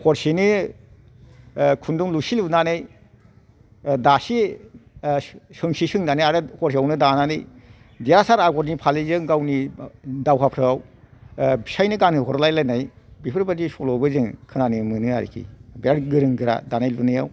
हरसेनो खुन्दुं लुसे लुनानै दासे सोंसे सोंनानै आरो हरसेयावनो दानानै देरहासर आगरनि फालिजों गावनि दावहाफ्राव फिसायनो गोनहो हरलाय लायनाय बेपोरबायदि सल'बो जों खोनानो मोनो आरोखि बिराद गोरों गोरा दानाय लुनायाव